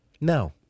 no